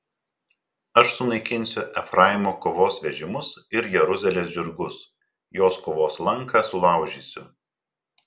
aš sunaikinsiu efraimo kovos vežimus ir jeruzalės žirgus jos kovos lanką sulaužysiu